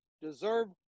deserve